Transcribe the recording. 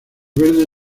verde